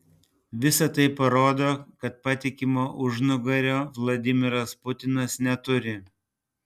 visa tai parodo kad patikimo užnugario vladimiras putinas neturi